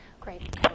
Great